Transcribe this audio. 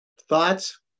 thoughts